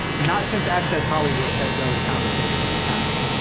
not since access hollywood had those conversations happened.